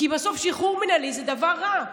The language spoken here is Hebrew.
כי בסוף שחרור מינהלי זה דבר רע.